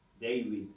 David